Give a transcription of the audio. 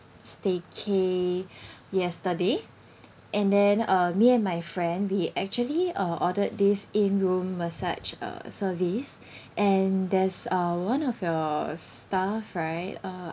staycay yesterday and then uh me and my friend we actually uh ordered this in room massage uh service and there's uh one of your staff right uh